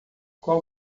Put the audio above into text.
qual